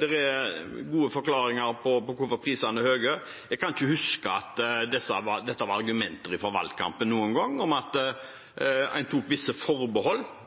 det er gode forklaringer på hvorfor prisene er høye. Jeg kan ikke huske at dette noen gang var argumenter i valgkampen – at man tok visse forbehold om når 20 kr var for mye, eller forbehold om at en